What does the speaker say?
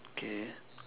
okay